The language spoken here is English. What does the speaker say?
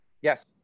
Yes